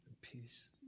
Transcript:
peace